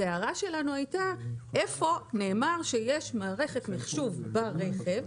השאלה שלנו הייתה איפה נאמר שיש מערכת מחשוב ברכב,